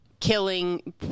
Killing